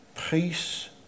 peace